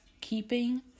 keeping